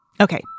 Okay